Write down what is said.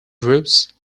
roots